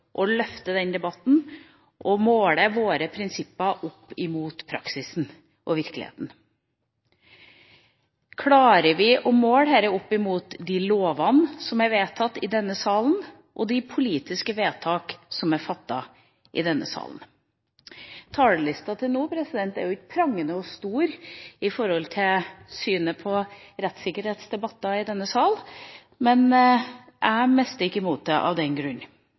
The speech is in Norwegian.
å løfte den debatten og måle våre prinsipper opp mot praksisen og virkeligheten. Klarer vi å måle dette opp mot de lovene som er vedtatt i denne salen, og de politiske vedtak som er fattet i denne salen? Talerlista til nå er ikke prangende og stor i forhold til synet på rettssikkerhetsdebatter i denne sal, men jeg mister ikke motet av den grunn.